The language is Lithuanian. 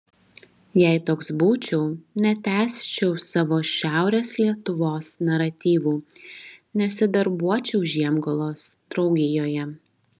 jei toks būčiau netęsčiau savo šiaurės lietuvos naratyvų nesidarbuočiau žiemgalos draugijoje